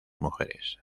mujeres